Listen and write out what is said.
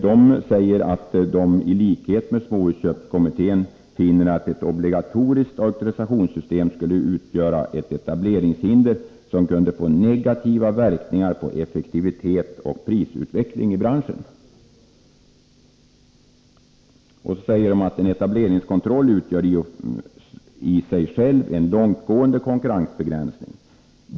Den framhåller bl.a.: ”SPK finner i likhet med kommittén att ett obligatoriskt auktorisationssystem skulle utgöra ett etableringshinder som kunde få negativa verkningar på effektivitet och prisutveckling i branschen. En etableringskontroll utgör i sig själv en långtgående konkurrensbegränsning.